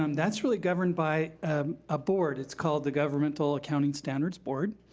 um that's really governed by a board. it's called the governmental accounting standards board.